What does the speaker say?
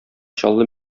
чаллы